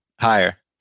Higher